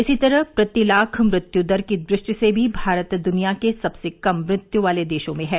इसी तरह प्रति लाख मृत्यू दर की दृष्टि से भी भारत दुनिया के सबसे कम मृत्यू वाले देशों में है